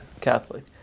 catholic